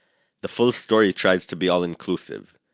the full story tries to be all inclusive.